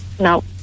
No